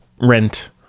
rent